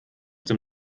dem